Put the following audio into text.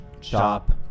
Chop